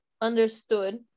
understood